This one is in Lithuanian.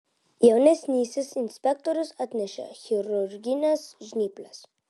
jaunesnysis inspektorius atnešė chirurgines žnyples